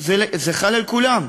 זה חל על כולם.